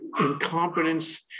incompetence